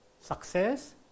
Success